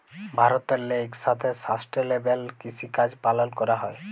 ভারতেল্লে ইকসাথে সাস্টেলেবেল কিসিকাজ পালল ক্যরা হ্যয়